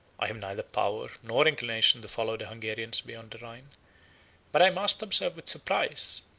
i have neither power nor inclination to follow the hungarians beyond the rhine but i must observe with surprise,